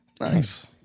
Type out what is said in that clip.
Nice